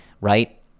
right